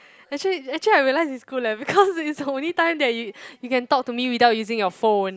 actually actually I realise is good leh because it's the only time that you you can talk to me without using your phone